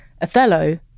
Othello